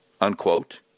unquote